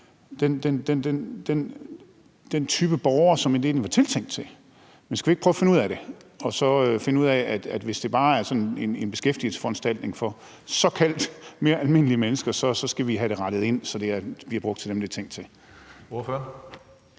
den type borger, som det egentlig var tiltænkt. Men skal vi ikke prøve at finde ud af det og se på, om vi, hvis det bare er sådan en beskæftigelsesforanstaltning for såkaldt mere almindelige mennesker, så skal have det rettet ind, så det bliver brugt til dem, det er tænkt til?